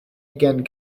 again